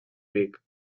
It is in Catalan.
vic